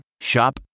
Shop